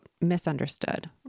misunderstood